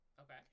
Okay